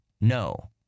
No